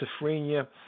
schizophrenia